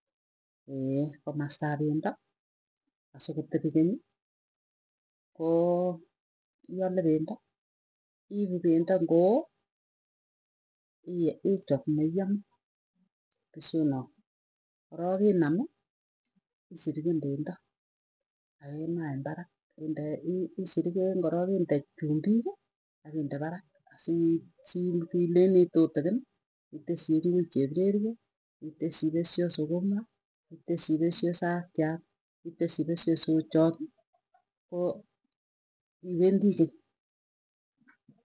komastap pendo asokotepi keny koo iale pendo, iipu pendo ngoo ichop neiame pesyonoe. Korok inam isiriken pendo akimaa en parak indee isiriken korook inde chumbiki, akinde parak asii sii leini tutukin iteschi iruik chepurewek iteschi pesyo sukuma iteschi pesyo sakchaa. iteschi pesyo sochoti koo iwendii keny.